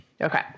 Okay